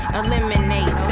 eliminate